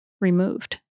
removed